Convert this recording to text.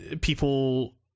people